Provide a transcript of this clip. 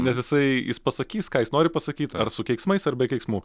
nes jisai jis pasakys ką jis nori pasakyt ar su keiksmais arba keiksmų